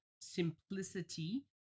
simplicity